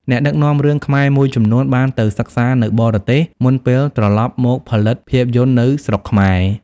អ្នកដឹកនាំរឿងខ្មែរមួយចំនួនបានទៅសិក្សានៅបរទេសមុនពេលត្រឡប់មកផលិតភាពយន្តនៅស្រុកខ្មែរ។